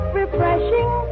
refreshing